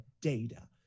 data